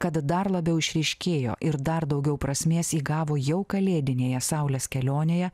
kad dar labiau išryškėjo ir dar daugiau prasmės įgavo jau kalėdinėje saulės kelionėje